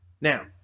Now